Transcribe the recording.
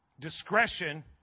Discretion